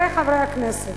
חברי חברי הכנסת,